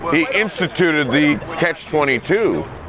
he instituted the catch twenty two.